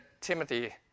Timothy